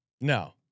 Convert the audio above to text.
No